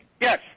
Yes